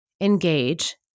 engage